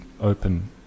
open